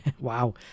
Wow